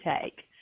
take